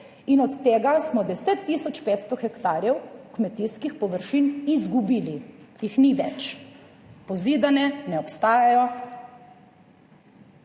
in od tega smo 10 tisoč 500 hektarjev kmetijskih površin izgubili, jih ni več. Pozidane, ne obstajajo.